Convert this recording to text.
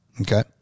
Okay